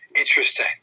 Interesting